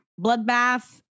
Bloodbath